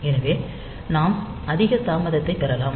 எனவே நாம் அதிக தாமதத்தைப் பெறலாம்